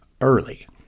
early